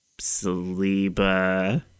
Saliba